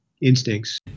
instincts